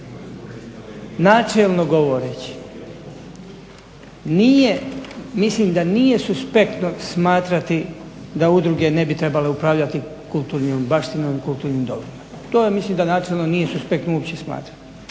Načelno govoreći nije, mislim da nije suspektno smatrati da udruge ne bi trebale upravljati kulturnom baštinom i kulturnim dobrima. To ja mislim da načelno nije suspektno uopće smatrati.